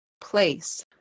place